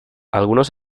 algunos